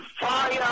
fire